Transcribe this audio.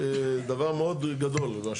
דבר מאוד גדול.